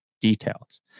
details